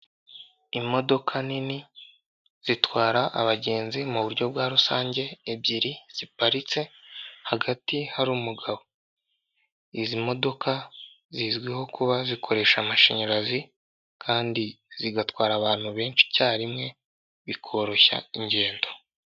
Imodoka nini zitwara abagenzi mu buryo bwa rusange ebyiri ziparitse hagati hari umugabo, izi modoka zizwiho kuba zikoresha amashanyarazi kandi zigatwara abantu benshi icyarimwe bikoroshya ingendo.